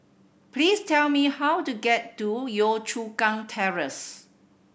please tell me how to get to Yio Chu Kang Terrace